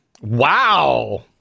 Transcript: Wow